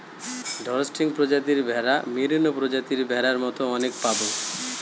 Dorset প্রজাতির ভেড়া, merino প্রজাতির ভেড়ার মতো অনেক পাবো